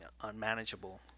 unmanageable